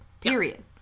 Period